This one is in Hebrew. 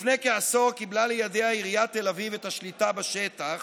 לפני כעשור קיבלה לידיה עיריית תל אביב את השליטה בשטח